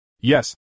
Yes